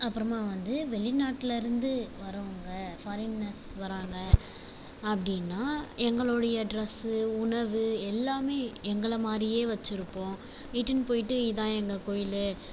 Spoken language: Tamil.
அப்புறமா வந்து வெளிநாட்டுலேருந்து வரவங்க ஃபாரினர்ஸ் வராங்க அப்படினா எங்களோடைய ட்ரெஸ் உணவு எல்லாமே எங்களை மாதிரியே வச்சுருப்போம் இட்டுனு போயிட்டு இதான் எங்கள் கோயில்